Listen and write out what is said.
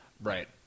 Right